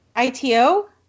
ITO